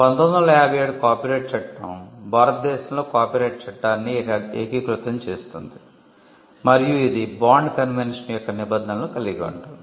1957 యొక్క కాపీరైట్ చట్టం భారతదేశంలో కాపీరైట్ చట్టాన్ని ఏకీకృతం చేస్తుంది మరియు ఇది బాండ్ కన్వెన్షన్ యొక్క నిబంధనలను కలిగి ఉంటుంది